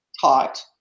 taught